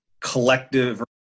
collective